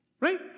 Right